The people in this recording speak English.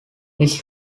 his